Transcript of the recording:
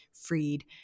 freed